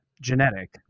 genetic